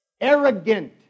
arrogant